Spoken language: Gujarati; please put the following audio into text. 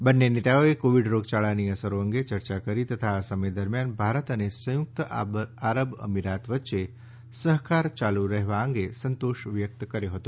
બંન્ને નેતાઓએ કોવિડ રોગયાળાની અસરો અંગે ચર્ચા કરી તથા આ સમય દરમ્યાન ભારત અને સંયુક્ત આરબ અમીરાત વચ્ચે સહકાર યાલુ રહેવા અંગે સંતોષ વ્યકત કર્યો હતો